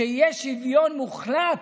שיהיה שוויון מוחלט